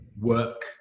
work